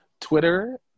Twitter